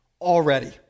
already